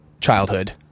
childhood